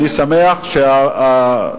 אני שמח שהפשרה,